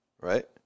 Right